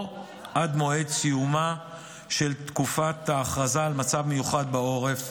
או עד מועד סיומה של תקופת ההכרזה על מצב מיוחד בעורף,